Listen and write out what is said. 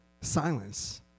silence